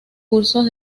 cursos